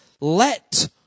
Let